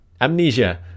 amnesia